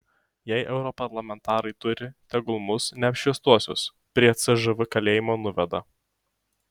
jei europarlamentarai turi tegul mus neapšviestuosius prie cžv kalėjimo nuveda